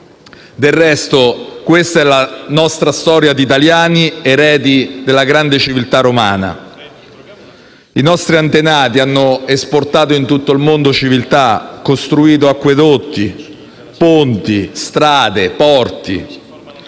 Del resto, questa è la nostra storia di italiani eredi della grande civiltà romana. I nostri antenati hanno esportato in tutto il mondo civiltà, costruito acquedotti, ponti, strade e porti,